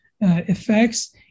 effects